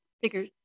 figure